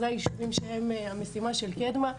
אלו הישובים שהם המשימה של קדמה.